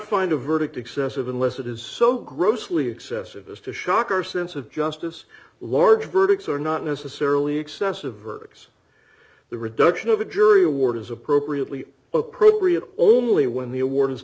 find a verdict excessive unless it is so grossly excessive as to shock our sense of justice large verdicts are not necessarily excessive verdicts the reduction of a jury award is appropriately appropriate only when the award